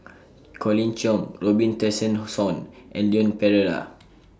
Colin Cheong Robin Tessensohn and Leon Perera